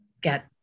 get